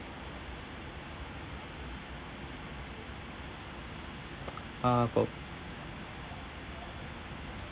uh fo~